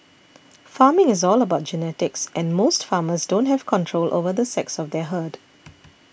farming is all about genetics and most farmers don't have control over the sex of their herd